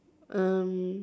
um